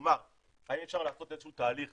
כלומר האם אפשר לעשות איזה שהוא תהליך